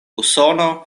usono